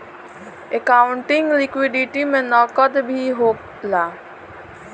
accounting liquidity में नकद भी होला